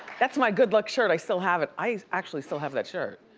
that's my good luck shirt, i still have it, i actually still have that shirt.